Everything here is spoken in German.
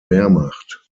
wehrmacht